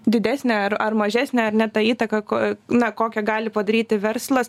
didesnę ar mažesnę ar ne tą įtaką na kokią gali padaryti verslas